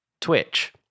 Twitch